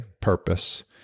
purpose